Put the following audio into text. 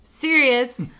serious